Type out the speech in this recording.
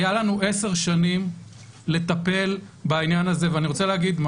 היו לנו עשר שנים לטפל בעניין הזה ואני רוצה להגיד,